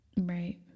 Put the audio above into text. Right